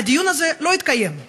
הדיון הזה לא התקיים.